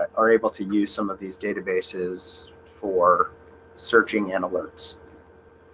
are able to use some of these databases for searching and alerts